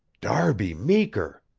darby meeker!